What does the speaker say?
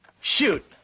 Shoot